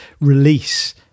release